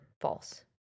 false